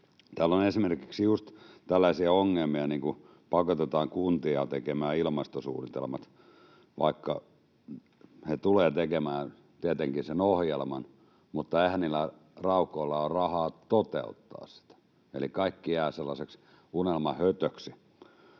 Täällä on esimerkiksi just tällaisia ongelmia kuin se, että pakotetaan kuntia tekemään ilmastosuunnitelmat. Ne tulevat tekemään tietenkin sen ohjelman, mutta eihän niillä raukoilla ole rahaa toteuttaa sitä, eli kaikki jää sellaiseksi unelmahötöksi.